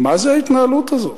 מה זה ההתנהלות הזאת?